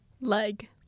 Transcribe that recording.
Leg